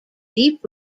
deep